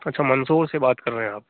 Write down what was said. अच्छा मंदसौर से बात कर रहे हैं